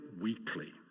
weekly